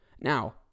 now